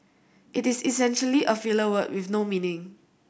it is essentially a filler word with no meaning